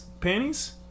panties